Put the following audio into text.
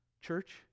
Church